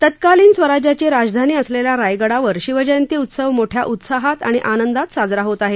तत्कालीन स्वराज्याची राजधानी असलेल्या रायगडावर शिवजयंती उत्सव मोठ्या उत्साहात आणि आनंशात साजरा होत आहे